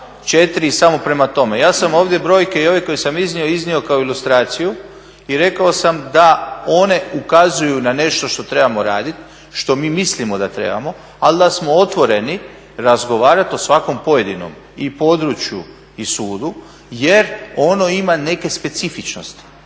četiri i samo prema tome. Ja sam ovdje brojke i ove koje sam iznio iznio kao ilustraciju i rekao sam da one ukazuju na nešto što trebamo raditi, što mi mislimo da trebamo ali da smo otvoreni razgovarati o svakom pojedinom i području i sudu, jer ono ima neke specifičnosti.